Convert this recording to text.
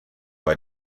bei